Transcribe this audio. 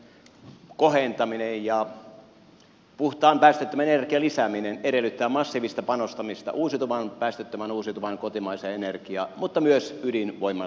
energiaomavaraisuuden kohentaminen ja puhtaan päästöttömän energian lisääminen edellyttää massiivista panostamista päästöttömään uusiutuvaan kotimaiseen energiaan mutta myös ydinvoiman lisäkäyttöä